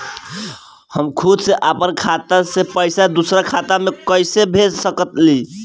हम खुद से अपना खाता से पइसा दूसरा खाता में कइसे भेज सकी ले?